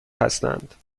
هستند